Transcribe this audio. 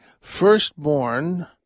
firstborn